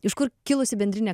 iš kur kilusi bendrinė